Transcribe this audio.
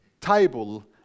table